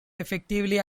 effectively